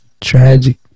Tragic